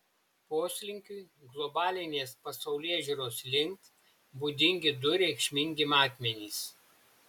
poslinkiui globalinės pasaulėžiūros link būdingi du reikšmingi matmenys